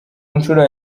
nshuro